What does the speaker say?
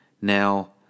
Now